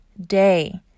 day